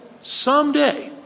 someday